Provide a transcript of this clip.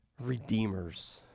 redeemers